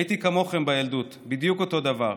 הייתי כמוכם בילדות, בדיוק אותו דבר,